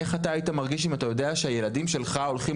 איך אתה היית מרגיש אם אתה יודע שהילדים שלך הולכים